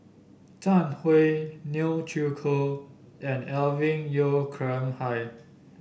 Zhang Hui Neo Chwee Kok and Alvin Yeo Khirn Hai